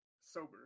sober